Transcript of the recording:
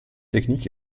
technique